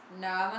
No